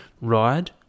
ride